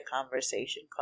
conversation